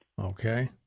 Okay